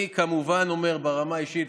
אני כמובן אומר ברמה האישית,